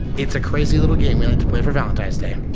it's a crazy little game we only play for valentine's day.